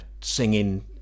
singing